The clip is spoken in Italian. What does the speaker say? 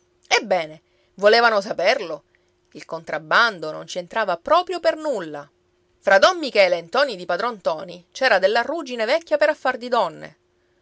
ebbene volevano saperlo il contrabbando non ci entrava proprio per nulla fra don michele e ntoni di padron ntoni c'era della ruggine vecchia per affar di donne